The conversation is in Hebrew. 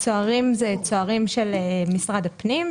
זה תלוי גם באופי הפרויקט.